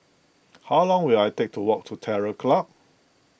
how long will it take to walk to Terror Club